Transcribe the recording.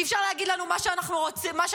אי-אפשר להגיד לנו מה שאתם רוצים.